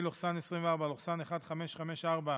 פ/1554/24,